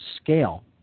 scale